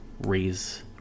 raise